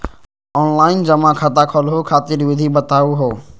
Online जमा खाता खोलहु खातिर विधि बताहु हो?